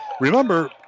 Remember